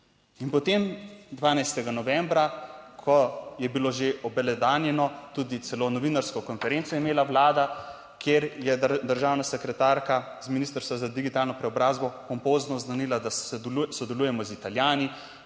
in potem 12. novembra, ko je bilo že obelodanjeno, tudi celo novinarsko konferenco je imela Vlada, kjer je državna sekretarka z Ministrstva za digitalno preobrazbo pompozno oznanila, da sodelujemo z Italijani,